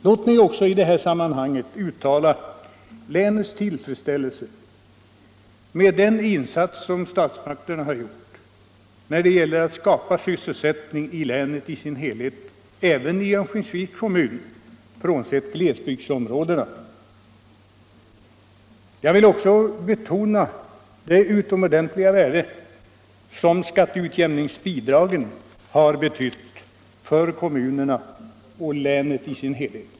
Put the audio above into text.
Låt mig också i det här sammanhanget uttala länets tillfredsställelse över den insats som statsmakterna har gjort när det gäller att skapa sysselsättning i länet i dess helhet — även inom Örnsköldsviks kommun —- frånsett glesbygdsområdena. Jag vill också betona det utomordentliga värde som skatteutjämningsbidragen har haft för kommunerna och länet i dess helhet.